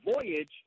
voyage—